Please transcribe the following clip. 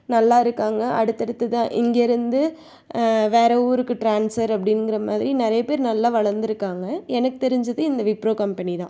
நல்லாருக்காங்க அடுத்தடுத்ததாக இங்கேருந்து வேறு ஊருக்கு ட்ரான்ஸஃபெர் அப்படிங்குறமாரி நிறைய பேர் நல்லா வளர்ந்துருக்காங்க எனக்கு தெரிஞ்சிது இந்த விப்ரோ கம்பெனி தான்